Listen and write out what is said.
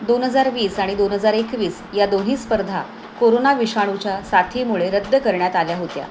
दोन हजार वीस आणि दोन हजार एकवीस या दोन्ही स्पर्धा कोरोना विषाणूच्या साथीमुळे रद्द करण्यात आल्या होत्या